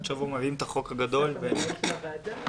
אבל אין לך נתונים.